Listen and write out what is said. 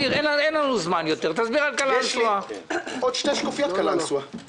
זה קו חשמל, קו 400 קיים.